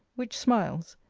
which smiles,